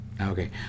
Okay